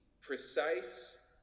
precise